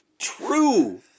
true